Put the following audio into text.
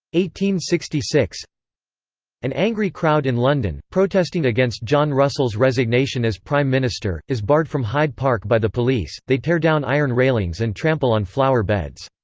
sixty six an angry crowd in london, protesting against john russell's resignation as prime minister, is barred from hyde park by the police they tear down iron railings and trample on flower beds.